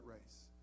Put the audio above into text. race